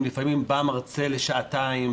לפעמים בא מרצה לשעתיים,